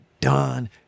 done